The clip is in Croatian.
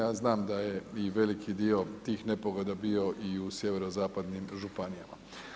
Ja znam da je i veliki dio tih nepogoda bio i u sjeverozapadnim županijama.